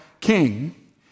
king